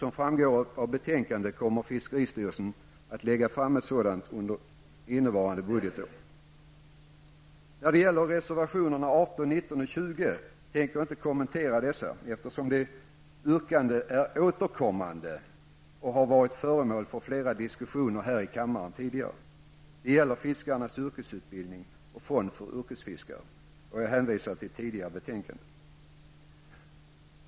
Som framgår av betänkandet kommer fiskeristyrelsen att lägga fram ett sådant under innevarande budgetår. När det gäller reservationerna 18, 19 och 20 tänker jag inte kommentera dessa, eftersom de yrkanden som förekommer där är återkommande. De har varit föremål för flera diskussioner här i kammaren tidigare. Det gäller fiskarnas yrkesutbildning, och det gäller en fond för yrkesfiskare. Jag hänvisar till tidigare betänkanden.